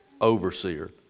overseer